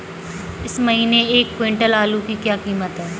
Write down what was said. इस महीने एक क्विंटल आलू की क्या कीमत है?